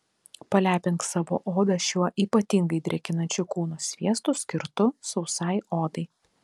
palepink savo odą šiuo ypatingai drėkinančiu kūno sviestu skirtu sausai odai